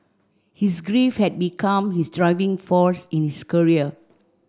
his grief had become his driving force in his career